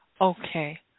Okay